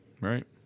Right